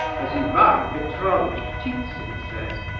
as ivan petrovitch ptitsin says.